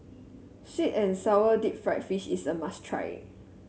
sweet and sour Deep Fried Fish is a must try